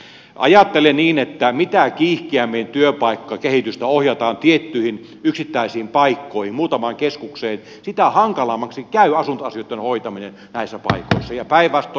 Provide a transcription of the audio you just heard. ajattelen niin että mitä kiihkeämmin työpaikkakehitystä ohjataan tiettyihin yksittäisiin paikkoihin muutamaan keskukseen sitä hankalammaksi käy asuntoasioitten hoitaminen näissä paikoissa ja päinvastoin